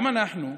גם אנחנו,